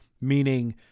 meaning